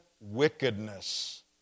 wickedness